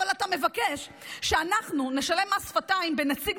אבל אתה מבקש שאנחנו נשלם מס שפתיים בנציג